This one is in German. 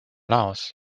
laos